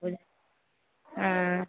बुझअऽ